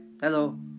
hello